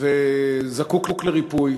וזקוק לריפוי.